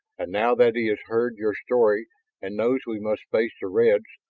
and now that he has heard your story and knows we must face the reds,